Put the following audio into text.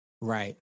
Right